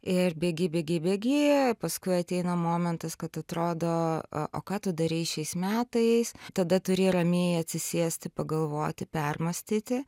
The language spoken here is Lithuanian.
ir bėgi bėgi bėgi paskui ateina momentas kad atrodo o ką tu darei šiais metais tada turi ramiai atsisėsti pagalvoti permąstyti